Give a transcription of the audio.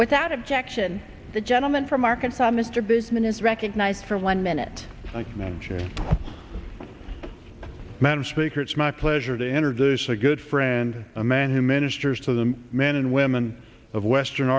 without objection the gentleman from arkansas mr business recognized for one minute like mentioning madam speaker it's my pleasure to introduce a good friend a man who ministers to the men and women of western